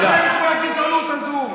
את חלק מהגזענות הזאת.